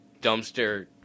dumpster